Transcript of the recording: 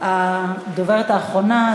הדוברת האחרונה.